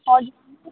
हजुर